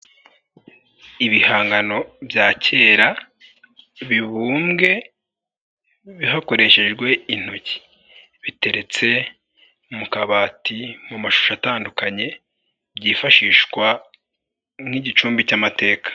Ibihangano bya kera bibumbwe hakoreshejwe intoki biteretse mu kabati mu mashusho atandukanye byifashishwa nk'igicumbi cy'amateka.